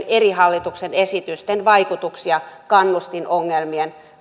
eri hallituksen esitysten vaikutuksia kannustinongelmien